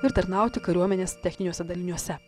ir tarnauti kariuomenės techniniuose daliniuose